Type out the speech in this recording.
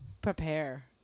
prepare